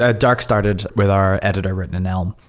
ah dark started with our editor written in elm,